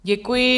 Děkuji.